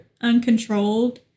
uncontrolled